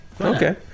Okay